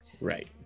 right